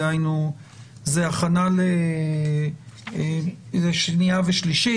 דהיינו זו הכנה לשנייה ושלישית,